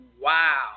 wow